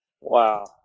Wow